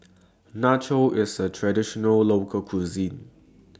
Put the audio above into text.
Nachos IS A Traditional Local Cuisine